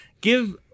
Give